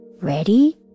Ready